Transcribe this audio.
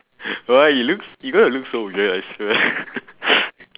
why you look s~ you gonna look so weird I swear